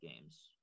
games